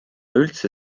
üldse